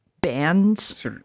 bands